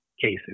cases